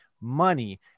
money